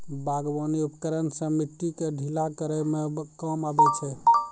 बागबानी उपकरन सें मिट्टी क ढीला करै म काम आबै छै